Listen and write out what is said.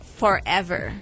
forever